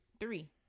Three